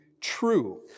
true